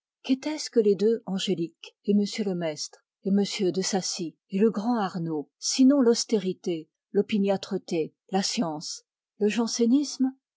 quétaient ce que les deux angéliques et m le maistre et m de saci et le grand arnauld sinon l'austérité l'opiniâtreté la science le jansénisme